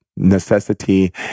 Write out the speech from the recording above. necessity